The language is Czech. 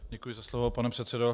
Děkuji za slovo, pane předsedo.